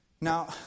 Now